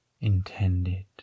Intended